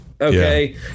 okay